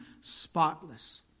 spotless